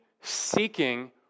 seeking